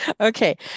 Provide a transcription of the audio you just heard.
okay